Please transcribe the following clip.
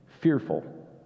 fearful